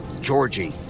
Georgie